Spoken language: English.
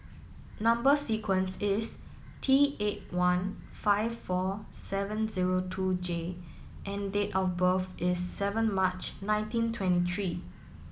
number sequence is T eight one five four seven zero two J and date of birth is seven March nineteen twenty three